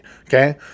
okay